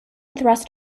thrust